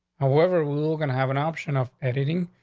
whoever we're going to have an option of editing.